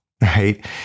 right